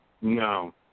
No